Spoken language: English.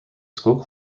school